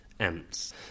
ants